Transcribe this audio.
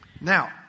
Now